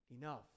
enough